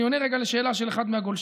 אני עונה רגע לשאלה של אחד מהגולשים,